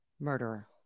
murderer